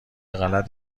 غلط